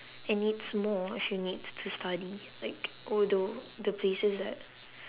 and needs more if you need to study like although the places that